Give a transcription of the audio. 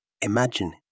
Imagine